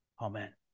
Amen